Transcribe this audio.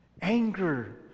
Anger